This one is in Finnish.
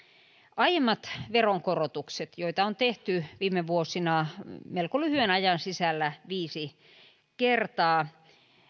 aiemmat veronkorotukset joita on tehty viime vuosina melko lyhyen ajan sisällä viisi kertaa